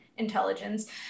intelligence